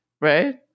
right